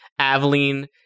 Aveline